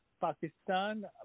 Pakistan